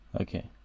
Okay